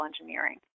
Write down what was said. engineering